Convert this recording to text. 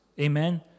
Amen